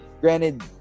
Granted